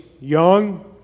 young